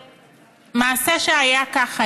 מעשה שהיה כך היה: